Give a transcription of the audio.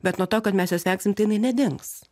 bet nuo to kad mes jos vengsim tai jinai nedings